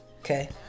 okay